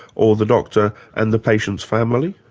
or the doctor and the patient's family?